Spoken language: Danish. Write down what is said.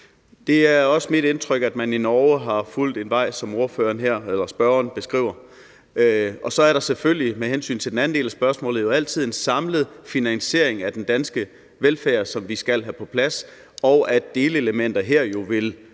Det er også mit indtryk, at man i Norge har fulgt en vej, som spørgeren her beskriver. Så er der selvfølgelig med hensyn til den anden del af spørgsmålet altid en samlet finansiering af den danske velfærd, som vi skal have på plads, og delelementer her vil måske